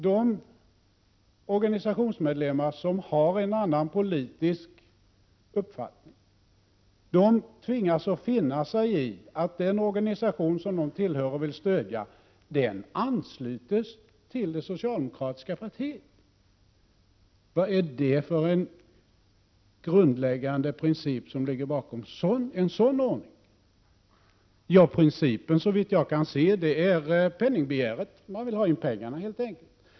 De organisationsmedlemmar som har en annan politisk uppfattning tvingas att finna sig i att den organisation som de tillhör och vill stödja ansluts till det socialdemokratiska partiet. Vad är det för en grundläggande princip som ligger bakom en sådan ordning? Principen är, såvitt jag kan se, penningbegäret. Man vill ha in pengarna helt enkelt.